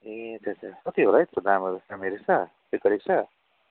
ए त्यही त कति होला है दामहरू